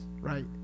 right